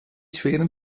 schweren